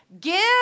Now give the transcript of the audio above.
Give